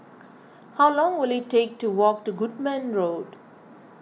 how long will it take to walk to Goodman Road